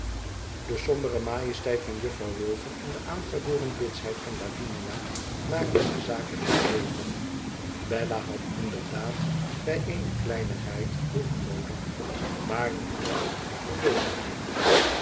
de sombere majesteit van juffrouw wilfer en de aangeboren bitsheid van lavinia maakten de zaken niet beter bella had inderdaad bij eene kleinigheid hulp noodig maar niemand verleende haar die